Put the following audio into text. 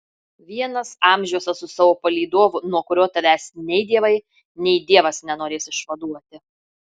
vienas amžiuose su savo palydovu nuo kurio tavęs nei dievai nei dievas nenorės išvaduoti